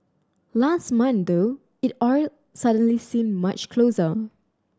last month though it all suddenly seemed much closer